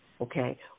okay